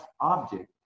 object